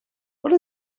what